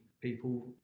people